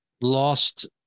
lost